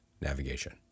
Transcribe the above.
navigation